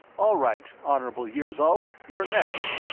all right honorable yirzol, you're next,